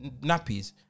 nappies